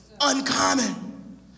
Uncommon